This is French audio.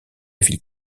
ville